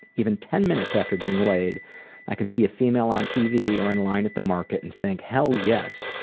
even ten minutes after getting laid i can see a female on tv or on line at the market and think hell yes,